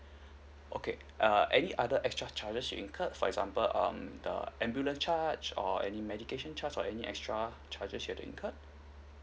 okay err any other extra charge incurred for example um the ambulance charge or any medication charge or any extra charges you have to incurred